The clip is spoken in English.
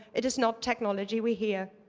it is not technology we hear.